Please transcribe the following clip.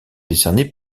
décernés